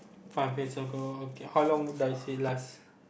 five years ago okay how long does it last